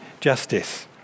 justice